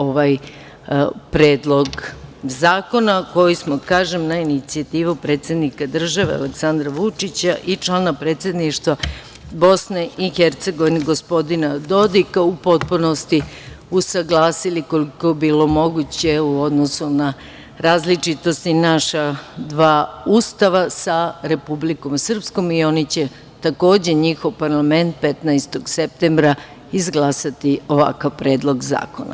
Ovaj Predlog zakona smo na inicijativu predsednika države Aleksandar Vučića i člana predsedništva BiH, gospodina Dodika u potpunosti usaglasili, koliko je bilo moguće u odnosu na različitost i naša dva ustava sa Republikom Srpskom i oni će, takođe njihov parlament, 15. septembra izglasati ovakav Predlog zakona.